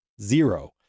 zero